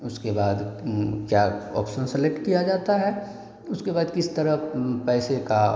उसके बाद क्या ऑप्शन सेलेक्ट किया जाता है उसके बाद किस तरह पैसे का